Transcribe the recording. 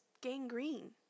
gangrene